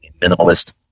minimalist